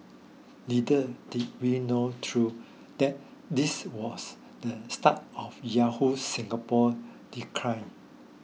little did we know though that this was the start of Yahoo Singapore decline